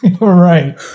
Right